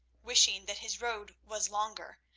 wishing that his road was longer,